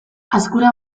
azkura